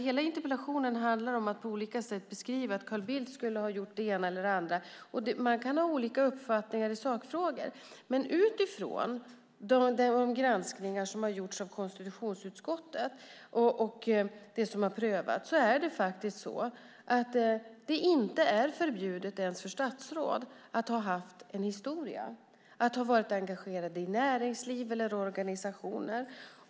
Hela interpellationen handlar nämligen om att på olika sätt beskriva att Carl Bildt skulle ha gjort det ena eller det andra. Och man kan ha olika uppfattningar i sakfrågor, men enligt de granskningar som har gjorts av konstitutionsutskottet och det som har prövats är det faktiskt inte förbjudet ens för statsråd att ha haft en historia, att ha varit engagerad i näringsliv eller organisationer.